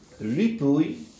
Ripui